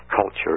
culture